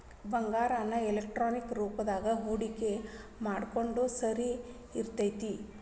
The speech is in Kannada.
ಬಂಗಾರಾನ ಎಲೆಕ್ಟ್ರಾನಿಕ್ ರೂಪದಾಗ ಹೂಡಿಕಿ ಮಾಡೊದ್ ಸರಿ ಇರ್ತೆತಿ